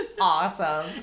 awesome